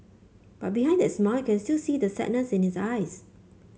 but behind that smile can still see the sadness in his eyes